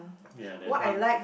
ya there's one